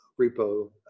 repo